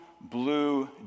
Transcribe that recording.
blue